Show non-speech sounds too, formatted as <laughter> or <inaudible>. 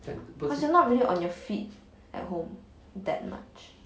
<noise> plus you're not really on your feet at home that much